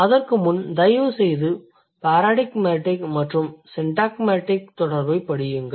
அதற்கு முன் தயவுசெய்து பாராடிக்மடிக் மற்றும் சிண்டாக்மடிக் தொடர்பைப் படியுங்கள்